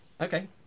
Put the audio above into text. Okay